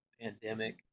pandemic